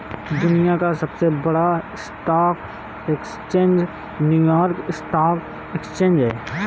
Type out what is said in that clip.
दुनिया का सबसे बड़ा stock exchange New York stock exchange है